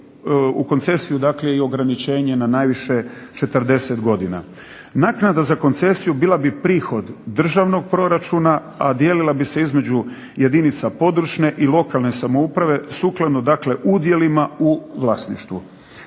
u koncesiju i ograničenje na najviše 40 godina. Naknada za koncesiju bila bi prihod državnog proračuna, a dijelila bi se između jedinica područne i lokalne samouprave sukladno udjelima u vlasništvu.